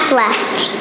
left